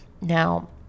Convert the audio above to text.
Now